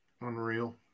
Unreal